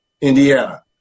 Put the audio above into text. Indiana